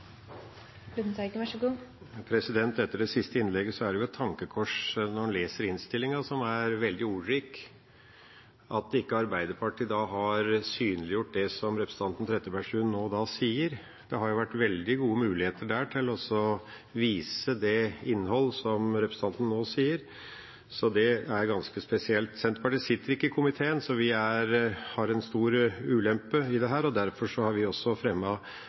det et tankekors når en leser innstillinga, som er veldig ordrik, at ikke Arbeiderpartiet har synliggjort det som representanten Trettebergstuen nå sier. Det har vært veldig gode muligheter der til å vise det som er innholdet i det representanten nå sier, så det er ganske spesielt. Senterpartiet sitter ikke i komiteen, så vi har en stor ulempe i dette. Derfor har vi også